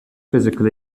physical